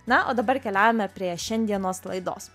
na o dabar keliaujame prie šiandienos laidos